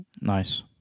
Nice